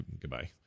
goodbye